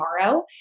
tomorrow